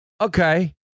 Okay